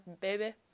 baby